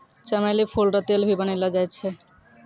चमेली फूल रो तेल भी बनैलो जाय छै